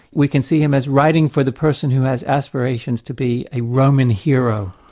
we can see him as writing for the person who has aspirations to be a roman hero,